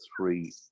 three